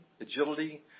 agility